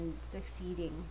succeeding